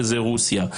שזה רוסיה,